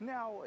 Now